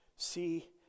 See